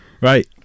Right